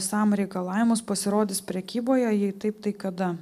sam reikalavimus pasirodys prekyboje jei taip tai kada